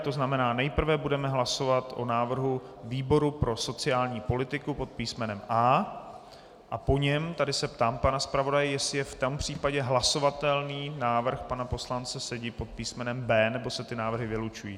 To znamená, že nejprve budeme hlasovat o návrhu výboru pro sociální politiku pod písmenem A a po něm tady se ptám pana zpravodaje, jestli je v tom případě hlasovatelný návrh pana poslance Sedi pod písmenem B, nebo se ty návrhy vylučují.